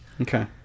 okay